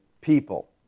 people